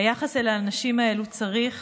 היחס אל האנשים האלה צריך